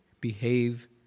behave